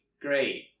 Great